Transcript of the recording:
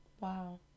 Wow